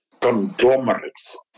conglomerates